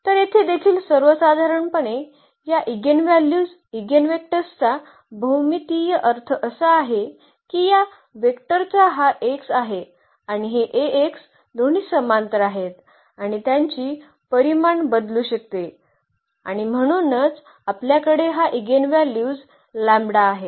तर येथे देखील सर्वसाधारणपणे या इगेनव्हल्यूज ईगेनवेक्टर्सचा भौमितीय अर्थ असा आहे की या वेक्टरचा हा x आहे आणि हे दोन्ही समांतर आहेत आणि त्यांची परिमाण बदलू शकते आणि म्हणूनच आपल्याकडे हा इगेनव्हल्यूज लॅम्बडा आहे